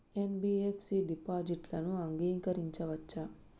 NBFC డిపాజిట్లను అంగీకరించవచ్చా?